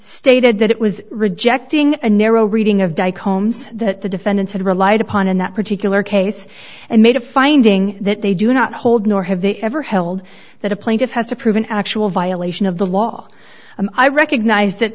stated that it was rejecting a narrow reading of di combs that the defendants had relied upon in that particular case and made a finding that they do not hold nor have they ever held that a plaintiff has to prove an actual violation of the law and i recognize that